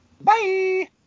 Bye